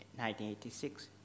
1986